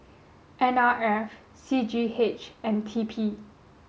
N R F C G H and T P